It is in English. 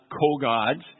co-gods